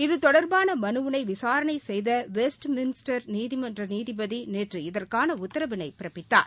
இதுதொடர்பான மனுவினை விசாரணை செய்த வெஸ்ட்மின்ஸ்டர் நீதிமன்ற நீதிபதி நேற்று இதற்கான உத்தரவினை பிறப்பித்தார்